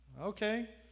Okay